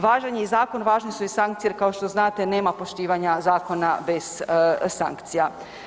Važan je i zakon važne su i sankcije jer kao što znate nema poštivanja zakona bez sankcija.